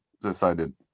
decided